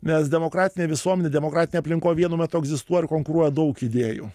nes demokratinėj visuomenėj demokratinėj aplinkoj vienu metu egzistuoja ir konkuruoja daug idėjų